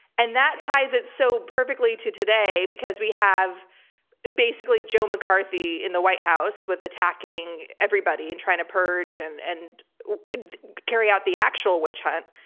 and that ties it so perfectly to today, because we have basically joe mccarthy in the white house, with attacking everybody and trying to purge and and carry out the actual witch hunt,